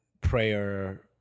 Prayer